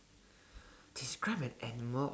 describe an animal